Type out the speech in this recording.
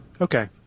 Okay